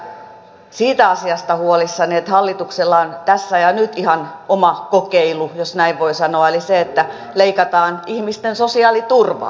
minä olen kyllä siitä asiasta huolissani että hallituksella on tässä ja nyt ihan oma kokeilu jos näin voi sanoa eli se että leikataan ihmisten sosiaaliturvaa